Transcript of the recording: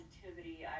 positivity